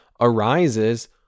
arises